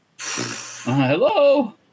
Hello